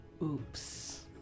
Oops